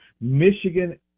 Michigan